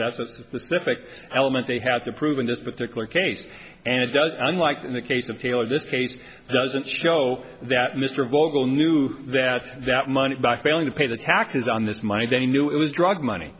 specific element they had to prove in this particular case and it does unlike in the case of taylor this case doesn't show that mr vogel knew that that money back failing to pay the taxes on this mind they knew it was drug money